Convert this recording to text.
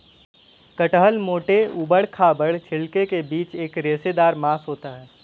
कटहल मोटे, ऊबड़ खाबड़ छिलके के नीचे एक रेशेदार मांस होता है